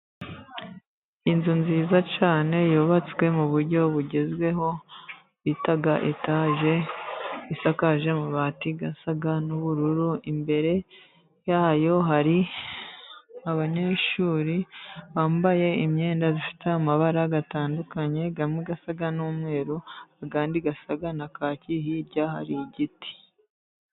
Inzu nziza cyane yubatswe mu buryo bugezweho bita etaje, isakaje amabati asa n’ubururu. Imbere yayo hari abanyeshuri bambaye imyenda ifite amabara atandukanye; amwe asa n’umweru, andi asa na kaki. Hirya hari igiti.